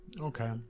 okay